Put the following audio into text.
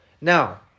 Now